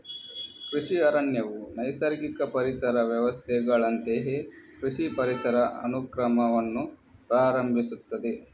ಕೃಷಿ ಅರಣ್ಯವು ನೈಸರ್ಗಿಕ ಪರಿಸರ ವ್ಯವಸ್ಥೆಗಳಂತೆಯೇ ಕೃಷಿ ಪರಿಸರ ಅನುಕ್ರಮವನ್ನು ಪ್ರಾರಂಭಿಸುತ್ತದೆ